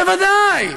בוודאי.